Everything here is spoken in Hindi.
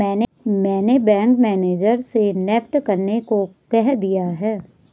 मैंने बैंक मैनेजर से नेफ्ट करने को कह दिया है